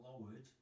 lowered